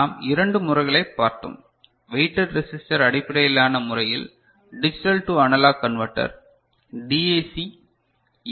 நாம் இரண்டு முறைகளைக் பார்த்தோம் வெயிட்டட் ரெசிஸ்டர் அடிப்படையிலான முறையில் digital to analog converter DAC L